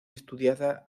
estudiada